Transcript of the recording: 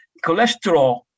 cholesterol